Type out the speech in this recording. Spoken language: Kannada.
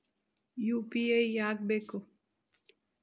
ಯು.ಪಿ.ಐ ಯಾಕ್ ಬೇಕು?